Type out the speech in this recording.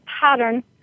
pattern